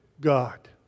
God